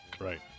Right